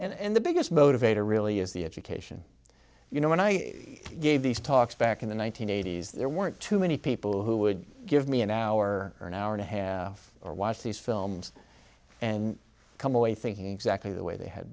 into and the biggest motivator really is the education you know when i gave these talks back in the one nine hundred eighty s there weren't too many people who would give me an hour or an hour and a half or watch these films and come away thinking exactly the way they had